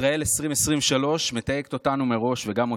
ישראל 2023 מתייגת אותנו מראש, וגם אותי.